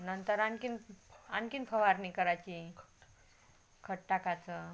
नंतर आणखीन आणखीन फवारणी करायची खत टाकायचं